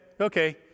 okay